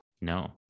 No